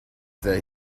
that